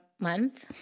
Month